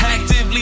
Actively